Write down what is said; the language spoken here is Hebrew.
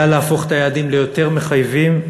זה להפוך את היעדים ליותר מחייבים,